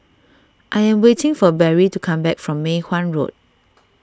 I am waiting for Barry to come back from Mei Hwan Road